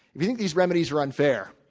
if you think theseremedies are unfair,